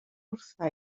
wrtha